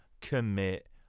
commit